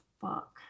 fuck